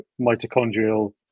mitochondrial